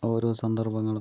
ഓരോ സന്ദർഭങ്ങളും